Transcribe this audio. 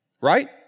right